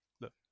look